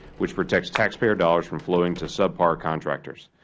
which protects taxpayer dollars from flowing to sub-par contractors.